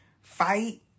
fight